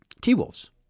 T-Wolves